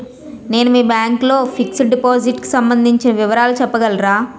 నేను మీ బ్యాంక్ లో ఫిక్సడ్ డెపోసిట్ కు సంబందించిన వివరాలు చెప్పగలరా?